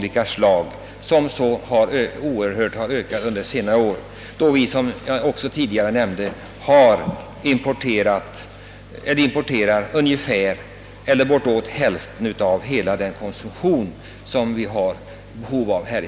Importen representerar ju, som jag nämnde, bortåt hälften av vår samlade konsumtion av dessa varor.